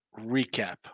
recap